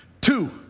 Two